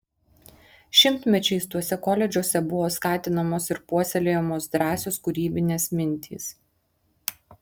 šimtmečiais tuose koledžuose buvo skatinamos ir puoselėjamos drąsios kūrybinės mintys